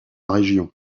région